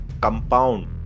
compound